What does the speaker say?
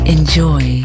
Enjoy